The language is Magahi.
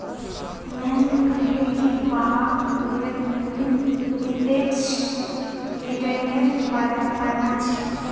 महेंद्र कहले कि वहाक् निरपेक्ष रिटर्न्नेर बारे पढ़ना छ